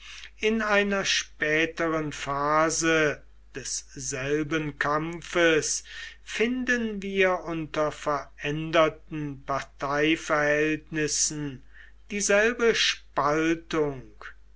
in einer späteren phase desselben kampfes finden wir unter veränderten parteiverhältnissen dieselbe spaltung